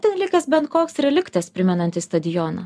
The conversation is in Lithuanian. ten likęs bent koks reliktas primenantis stadioną